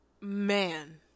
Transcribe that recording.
man